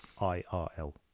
IRL